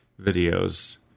videos